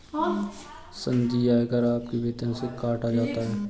संघीय आयकर आपके वेतन से काटा जाता हैं